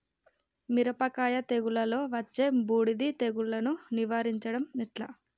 మిరపకాయ తెగుళ్లలో వచ్చే బూడిది తెగుళ్లను నివారించడం ఎట్లా?